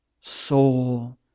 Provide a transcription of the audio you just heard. soul